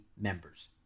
members